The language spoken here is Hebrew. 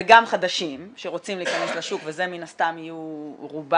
וגם חדשים שרוצים להיכנס לשוק וזה מן הסתם יהיו רובם.